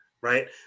right